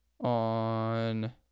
on